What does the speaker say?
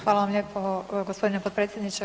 Hvala vam lijepo gospodine potpredsjedniče.